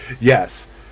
yes